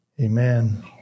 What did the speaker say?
Amen